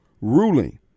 ruling